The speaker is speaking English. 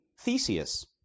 Theseus